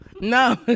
No